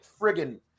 friggin